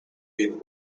been